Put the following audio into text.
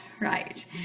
Right